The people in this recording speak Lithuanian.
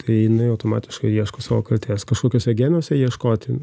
tai jinai automatiškai ieško savo kaltės kažkokiuose genuose ieškoti